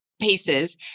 pieces